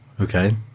Okay